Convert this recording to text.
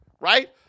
right